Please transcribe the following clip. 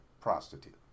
prostitute